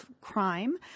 crime